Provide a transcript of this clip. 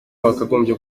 wakagombye